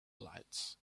lights